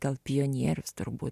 gal pionierius turbūt